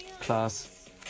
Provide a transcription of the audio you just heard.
class